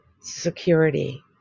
security